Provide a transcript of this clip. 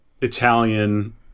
Italian